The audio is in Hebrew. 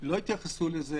לא התייחסו לזה